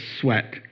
sweat